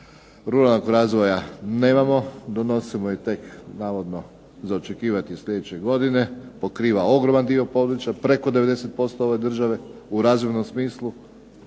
ruralnog razvoja nemamo. Donosimo ih tek navodno za očekivati je sljedeće godine, pokriva ogroman dio područja, preko 90% ove države u razvojnom smislu,